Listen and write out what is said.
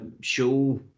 show